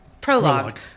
Prologue